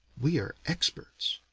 we are experts.